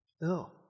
no